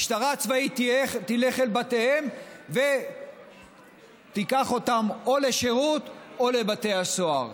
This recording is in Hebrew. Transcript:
משטרה צבאית תלך אל בתיהם ותיקח אותם או לשירות או לבתי הסוהר.